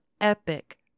epic